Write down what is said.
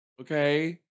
Okay